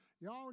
y'all